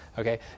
Okay